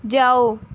ਜਾਓ